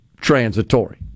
transitory